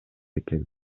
экен